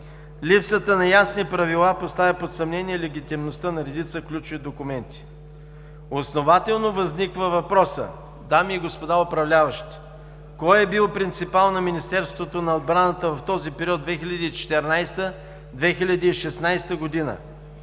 Липсата на ясни правила поставя под съмнение легитимността на редица ключови документи. Основателно възниква въпросът, дами и господа управляващи, кой е бил принципал на Министерството на отбраната в периода 2014 – 2016 г.?